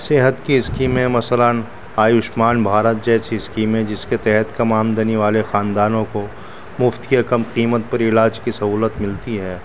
صحت کی اسکیمیں مثلاً آیوشمان بھارت جیسی اسکیمیں جس کے تحت کم آمدنی والے خاندانوں کو مفت یا کم قیمت پر علاج کی سہولت ملتی ہے